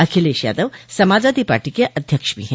Akhilesh Yadav Samajwadi Party के अध्यक्ष भी हैं